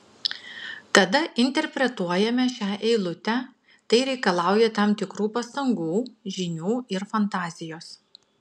tada interpretuojame šią eilutę tai reikalauja tam tikrų pastangų žinių ir fantazijos